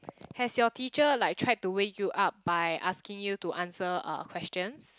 has your teacher like tried to wake you up by asking you to answer uh questions